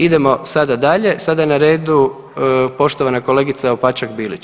Idemo sada dalje, sada je na redu poštovana kolegica Opačak Bilić.